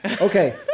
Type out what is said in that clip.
Okay